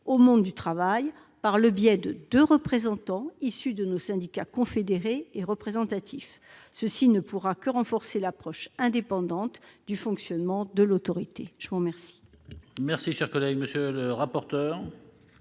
au monde du travail par le biais de deux représentants issus de nos syndicats confédérés et représentatifs. Cela ne pourra que renforcer l'approche indépendante du fonctionnement de l'Autorité. Quel